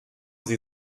sie